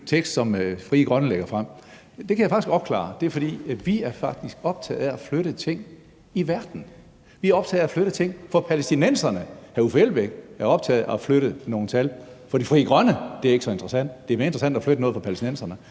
som Frie Grønne lægger frem, kan jeg sige, at det kan jeg faktisk opklare: Det er, fordi vi faktisk er optaget af at flytte ting i verden. Vi er optaget af at flytte ting for palæstinenserne. Hr. Uffe Elbæk er optaget af at flytte nogle tal for Frie Grønne, det er ikke så interessant, det er mere interessant at flytte noget for palæstinenserne,